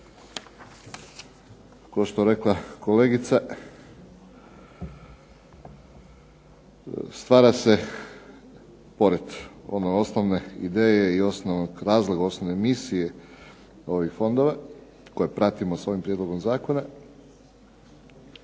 kao što je rekla kolegica stvara se pored one osnovne ideje i osnovnog razloga, osnovne misije ovih fondova koje pratimo s ovim prijedlogom zakona,